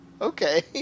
Okay